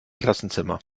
klassenzimmer